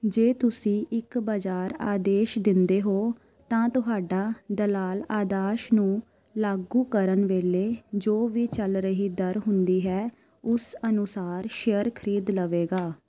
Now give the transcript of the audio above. ਜੇ ਤੁਸੀਂ ਇੱਕ ਬਾਜ਼ਾਰ ਆਦੇਸ਼ ਦਿੰਦੇ ਹੋ ਤਾਂ ਤੁਹਾਡਾ ਦਲਾਲ ਆਦੇਸ਼ ਨੂੰ ਲਾਗੂ ਕਰਨ ਵੇਲੇ ਜੋ ਵੀ ਚੱਲ ਰਹੀ ਦਰ ਹੁੰਦੀ ਹੈ ਉਸ ਅਨੁਸਾਰ ਸ਼ੇਅਰ ਖਰੀਦ ਲਵੇਗਾ